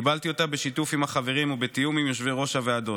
קיבלתי אותה בשיתוף עם החברים ובתיאום עם יושבי-ראש הוועדות.